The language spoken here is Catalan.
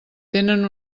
tenen